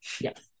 Yes